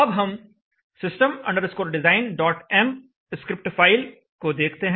अब हम system designm script file को देखते हैं